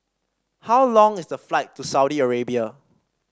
how long is the flight to Saudi Arabia